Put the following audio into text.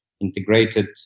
integrated